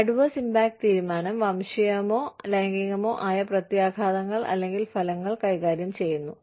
adverse impact തീരുമാനം വംശീയമോ ലൈംഗികമോ ആയ പ്രത്യാഘാതങ്ങൾ അല്ലെങ്കിൽ ഫലങ്ങൾ കൈകാര്യം ചെയ്യുന്നു